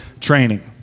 training